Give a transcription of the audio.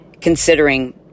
considering